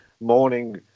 morning